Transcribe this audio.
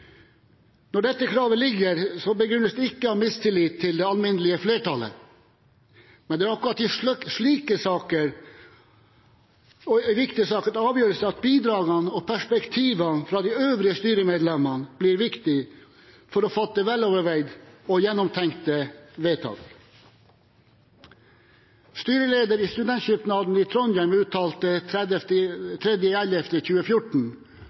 Når dette kravet foreligger, så begrunnes det ikke med mistillit til det alminnelige flertallet, men det er i akkurat slike saker, i viktige saker til avgjørelse, at bidragene og perspektivene fra de øvrige styremedlemmene blir viktige for å fatte veloverveide og gjennomtenkte vedtak. Styreleder i Studentsamskipnaden i Trondheim uttalte